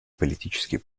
политические